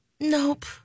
Nope